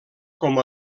com